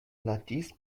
l’artiste